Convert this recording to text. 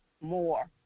more